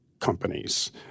companies